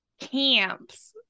Camps